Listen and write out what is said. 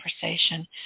conversation